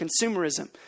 consumerism